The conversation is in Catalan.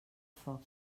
foc